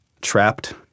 trapped